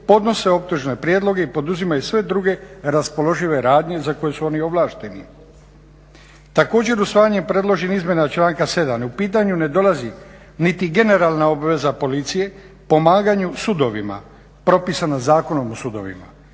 podnose optužne prijedloge i poduzimaju sve druge raspoložive radnje za koje su oni ovlašteni. Također usvajanjem predloženih izmjena članka 7.u pitanju ne dolazi niti generalna obveza policije pomaganju sudovima, propisana Zakonom o sudovima,